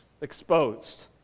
exposed